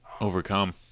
overcome